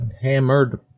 hammered